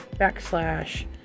backslash